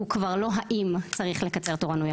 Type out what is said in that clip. אני חושבת שהדיון כאן הוא כבר לא האם צריך לקצר תורניות.